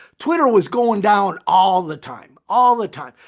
twitter was going down all the time, all the time.